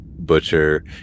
butcher